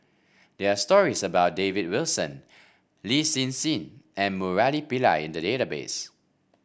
there are stories about David Wilson Lin Hsin Hsin and Murali Pillai in the database